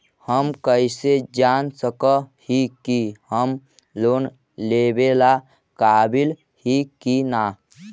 हम कईसे जान सक ही की हम लोन लेवेला काबिल ही की ना?